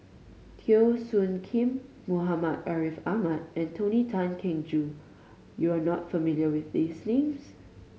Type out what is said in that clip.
Teo Soon Kim Muhammad Ariff Ahmad and Tony Tan Keng Joo you are not familiar with these names